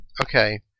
Okay